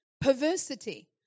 perversity